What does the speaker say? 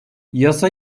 yasa